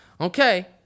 okay